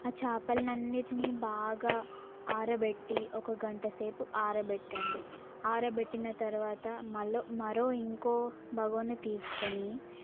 ఆ చేపలు అన్నింటిని బాగా ఆరబెట్టి ఒక గంట సేపు ఆరబెట్టండి ఆరబెట్టిన తర్వాత మరో ఇంకో బగోని తీసుకొని